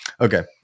Okay